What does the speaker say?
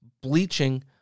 Bleaching